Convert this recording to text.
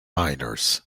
miners